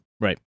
Right